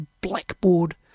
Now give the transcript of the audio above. blackboard